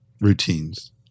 routines